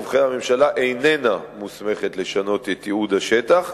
ובכן, הממשלה איננה מוסמכת לשנות את ייעוד השטח,